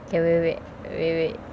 okay wait wait wait wait wait